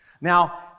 Now